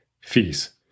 fees